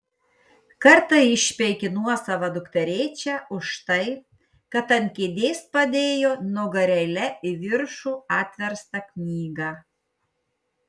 kartą išpeikė nuosavą dukterėčią už tai kad ant kėdės padėjo nugarėle į viršų atverstą knygą